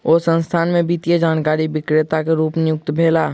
ओ संस्थान में वित्तीय जानकारी विक्रेता के रूप नियुक्त भेला